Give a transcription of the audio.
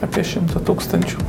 apie šimtą tūkstančių